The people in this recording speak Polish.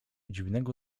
dziwnego